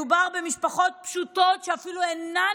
מדובר במשפחות פשוטות שאפילו אינן